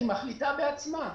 היא מחליטה בעצמה.